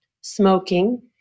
smoking